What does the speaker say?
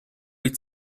its